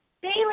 Bailey